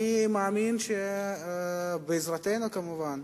אני מאמין שבעזרתנו, כמובן,